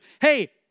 hey